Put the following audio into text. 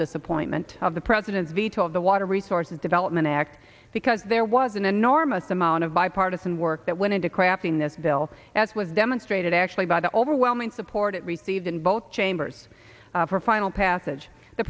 disappointment of the president's veto of the water resources development act because there was an enormous amount of bipartisan work that went into crafting this bill as was demonstrated actually by the overwhelming support it received in both chambers for final passage the